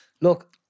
Look